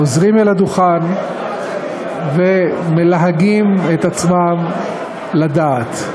חוזרים אל הדוכן ומלהגים את עצמם לדעת.